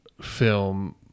film